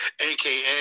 AKA